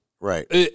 Right